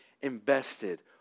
invested